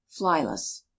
flyless